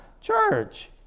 church